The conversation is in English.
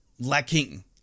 lacking